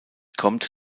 kommt